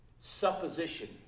supposition